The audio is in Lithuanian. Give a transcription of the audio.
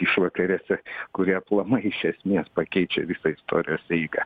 išvakarėse kurie aplamai iš esmės pakeičia visą istorijos eigą